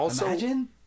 Imagine